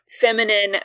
feminine